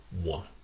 one